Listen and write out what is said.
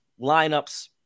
lineups